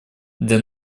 для